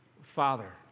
Father